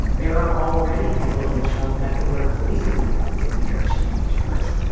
there are already people in the charlotte-mecklenburg police department who think kerrick shouldn't be charged.